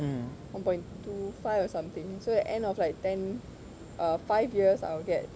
one point two five or something so the end of like ten or five years I will get